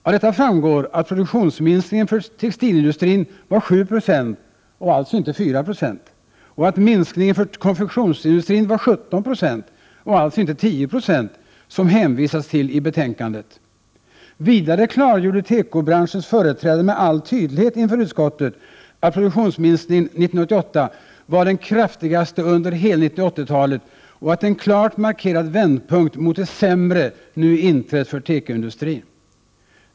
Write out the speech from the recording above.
Av detta framgår att produktionsminskningen för textilindustrin var 7 96 — och alltså inte 4 96 — och att minskningen för konfektionsindustrin var 17 96 — och således inte 10 96, som man hänvisar till i betänkandet. Vidare klargjorde tekobranschens företrädare med all önskvärd tydlighet inför utskottet att produktionsminskningen 1988 var den kraftigaste under hela 1980-talet och att en klart markerad vändpunkt mot det sämre nu inträtt för tekoindustrin.